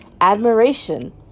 admiration